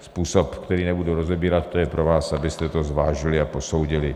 Způsob, který nebudu rozebírat, to je pro vás, abyste to zvážili a posoudili.